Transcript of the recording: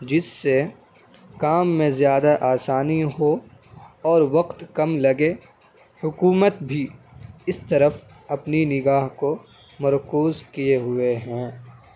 جس سے کام میں زیادہ آسانی ہو اور وقت کم لگے حکومت بھی اس طرف اپنی نگاہ کو مرکوز کئے ہوئے ہیں